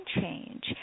change